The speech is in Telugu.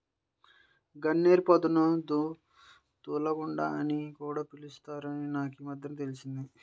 గన్నేరు పొదను దూలగుండా అని కూడా పిలుత్తారని నాకీమద్దెనే తెలిసింది